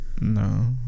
No